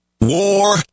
War